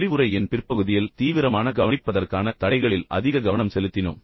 விரிவுரையின் பிற்பகுதியில் தீவிரமான கவனிப்பதற்கான தடைகள் குறித்து அதிக கவனம் செலுத்தினோம்